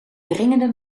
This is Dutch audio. dringende